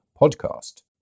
podcast